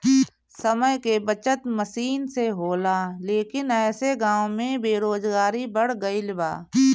समय के बचत मसीन से होला लेकिन ऐसे गाँव में बेरोजगारी बढ़ गइल बा